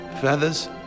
Feathers